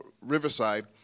Riverside